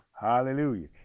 Hallelujah